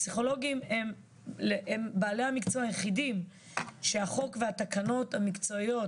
פסיכולוגים הם בעלי המקצוע היחידים שהחוק והתקנות המקצועיות